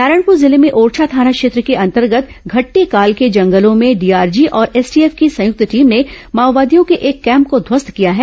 नारायणपुर जिले में ओरछा थाना क्षेत्र के अंतर्गत घटटेकाल के जंगलों में डीआरजी और एसटीएफ की संयुक्त टीम ने माओवादियों के एक कैम्प को ध्वस्त किया है